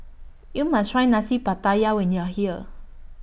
YOU must Try Nasi Pattaya when YOU Are here